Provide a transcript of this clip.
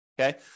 okay